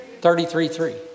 Thirty-three-three